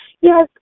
Yes